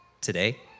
today